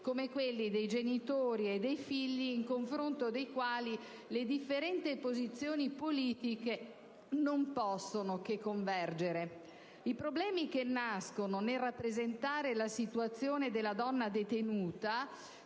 tutelati dei genitori e dei figli, rispetto ai quali le differenti posizioni politiche non possono che convergere. I problemi che nascono nel rappresentare la situazione della donna detenuta